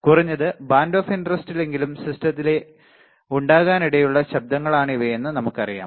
കുറഞ്ഞത് band of interestലെങ്കിലും സിസ്റ്റത്തിൽ ഉണ്ടാകാനിടയുള്ള ശബ്ദങ്ങളാണിവയെന്ന് നമുക്കറിയാം